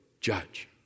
judge